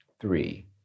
three